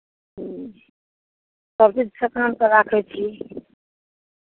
ह्म्म सभचीज ठेकानसँ राखै छी